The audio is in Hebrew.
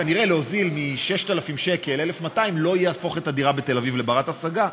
כנראה להוזיל מ-6,000 שקל 1,200 לא יהפוך את הדירה בתל אביב לבת-השגה.